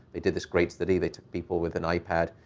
they did this great study. they took people with an ipad,